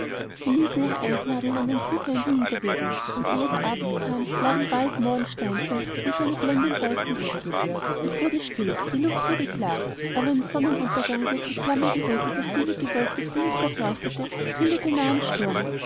sie ließen ihre eisnadeln an den südwänden niederwirbeln und ehe der abend kam lagen wald moor und steinfeld unter einer blendendweißen decke es wurde still die luft war klar aber ein sonnenuntergang dessen flammende röte das dünne gewölk des himmels durchleuchtete kündete nahen sturm